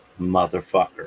motherfucker